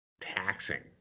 taxing